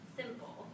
simple